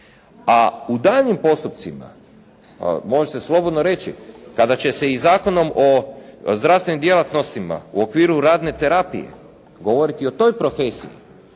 A u daljnjim postupcima može se slobodno reći kada će se i Zakonom o zdravstvenim djelatnostima u okviru radne terapije govoriti o toj profesiji